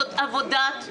זו עבודת קודש.